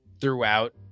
throughout